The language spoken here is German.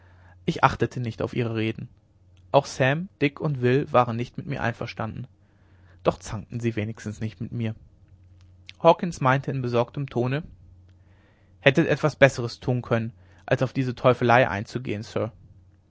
ich achtete nicht auf ihre reden auch sam dick und will waren nicht mit mir einverstanden doch zankten sie wenigstens nicht mit mir hawkens meinte in besorgtem tone hättet etwas besseres tun können als auf diese teufelei eingehen sir